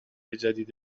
جدید